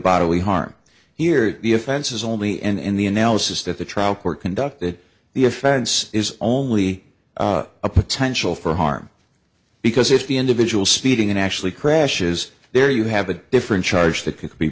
bodily harm here the offense is only and in the analysis that the trial court conducted the offense is only a potential for harm because if the individual speeding and actually crashes there you have a different charge that could be